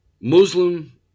Muslim